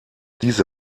diese